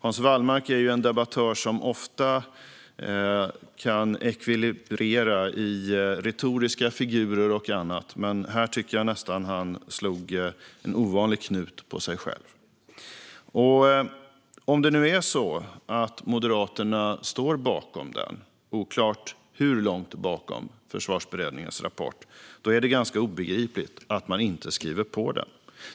Hans Wallmark är en debattör som ofta är ekvilibristisk i retoriska figurer och annat, men här tycker jag nästan att han slog en ovanligt svår knut på sig själv. Om det nu är så att Moderaterna står bakom Försvarsberedningens rapport - oklart hur långt bakom - är det ganska obegripligt att de inte skriver på den.